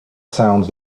sounds